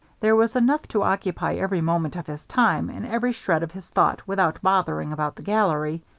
there was enough to occupy every moment of his time and every shred of his thought without bothering about the gallery,